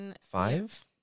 Five